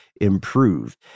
improved